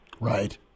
Right